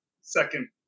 second